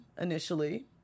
initially